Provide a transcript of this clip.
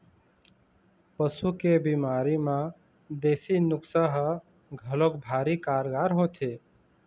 पशु के बिमारी म देसी नुक्सा ह घलोक भारी कारगार होथे